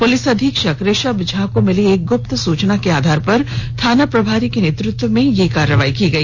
police अधीक्षक ऋषभ झा को मिली एक गुप्त सूचना के आधार पर थाना प्रभारी के नेतृत्व में कार्रवाई की गई